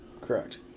Correct